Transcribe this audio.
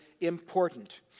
important